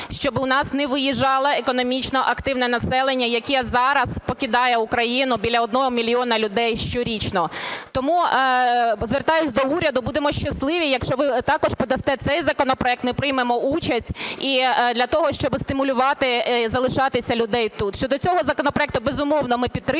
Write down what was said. щоб у нас не виїжджало економічно активне населення, яке зараз покидає Україну біля 1 мільйона людей щорічно. Тому звертаюсь до уряду. Будемо щасливі, якщо ви також подасте цей законопроект, ми приймемо участь для того, щоб стимулювати залишатися людей тут. Щодо цього законопроекту. Безумовно, ми підтримуємо